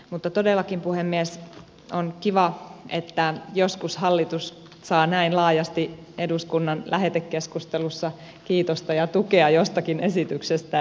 mutta todellakin puhemies on kiva että joskus hallitus saa näin laajasti eduskunnan lähetekeskustelussa kiitosta ja tukea jostakin esityksestä